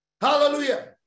Hallelujah